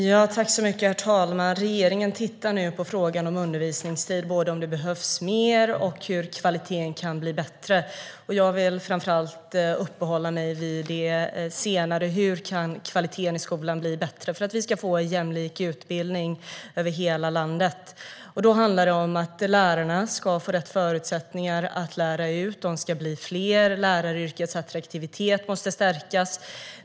Herr talman! Regeringen tittar nu på frågan om undervisningstid, både om det behövs mer och hur kvaliteten kan bli bättre. Jag vill framför allt uppehålla mig vid det senare, hur kvaliteten i skolan kan bli bättre för att vi ska få en jämlik utbildning över hela landet. Då handlar det om att lärarna ska få rätt förutsättningar för att lära ut. De ska bli fler. Läraryrkets attraktivitet måste stärkas.